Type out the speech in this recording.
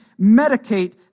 medicate